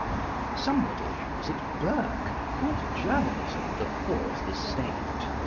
somebody was it burke called journalism the fourth estate.